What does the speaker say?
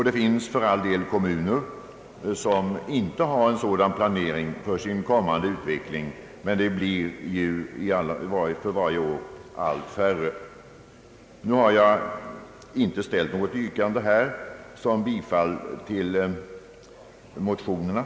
Det finns för all del kommuner som inte har en sådan planering för sin kommande utveckling, men de blir för varje år allt färre. Nu har jag inte här ställt något yrkande om bifall till motionerna.